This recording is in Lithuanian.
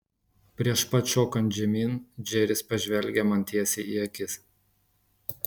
prieš pat šokant žemyn džeris pažvelgė man tiesiai į akis